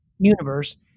universe